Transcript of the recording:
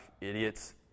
idiots